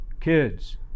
kids